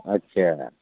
अच्छा